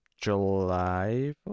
july